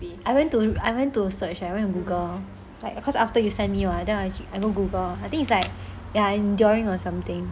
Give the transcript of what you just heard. I went to I went to search leh I went to google like because after you send me lah then I go google I think it's like ya enduring or something